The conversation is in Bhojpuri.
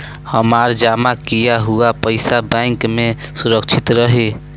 हमार जमा किया हुआ पईसा बैंक में सुरक्षित रहीं?